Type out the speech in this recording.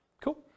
Cool